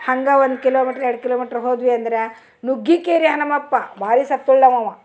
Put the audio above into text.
ಹಂಗೆ ಒಂದು ಕಿಲೋಮೀಟ್ರ್ ಎರಡು ಕಿಲೋಮೀಟ್ರ್ ಹೋದ್ವಿ ಅಂದ್ರ ನುಗ್ಗಿಕೇರಿ ಹನಮಪ್ಪ ಭಾರಿ ಸಕ್ತ ಉಳ್ಳವವ